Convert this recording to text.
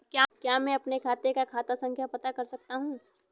क्या मैं अपने खाते का खाता संख्या पता कर सकता हूँ?